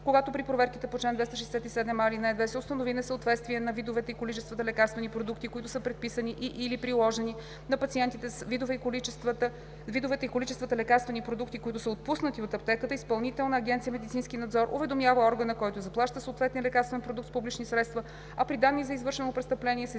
Когато при проверките по чл. 267а, ал. 2 се установи несъответствие на видовете и количествата лекарствени продукти, които са предписани и/или приложени на пациентите, с видовете и количествата лекарствени продукти, които са отпуснати от аптеката, Изпълнителна агенция „Медицински надзор“ уведомява органа, който заплаща съответния лекарствен продукт с публични средства, а при данни за извършено престъпление